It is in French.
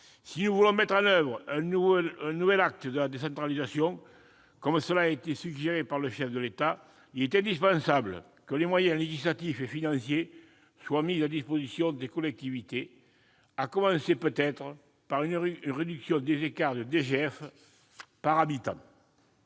si nous voulons mettre en oeuvre un nouvel acte de la décentralisation, comme l'a suggéré le chef de l'État, il est indispensable que les moyens législatifs et financiers soient mis à disposition des collectivités, à commencer peut-être par une réduction des écarts de dotation